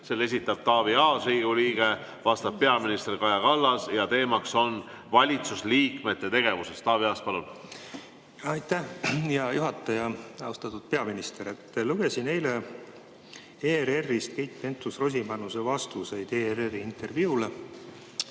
Selle esitab Taavi Aas, Riigikogu liige, vastab peaminister Kaja Kallas ja teema on valitsusliikmete tegevus. Taavi Aas, palun! Aitäh, hea juhataja! Austatud peaminister! Lugesin eile ERR‑ist Keit Pentus-Rosimannuse vastuseid ERR‑i intervjuus.